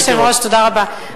אדוני היושב-ראש, תודה רבה.